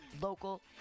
local